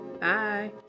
Bye